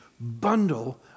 bundle